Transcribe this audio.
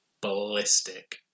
ballistic